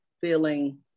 feeling